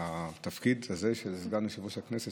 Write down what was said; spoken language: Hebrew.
התפקיד הזה של סגן יושב-ראש הכנסת,